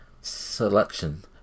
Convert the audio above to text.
selection